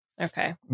Okay